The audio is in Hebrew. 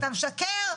אתה משקר.